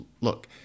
look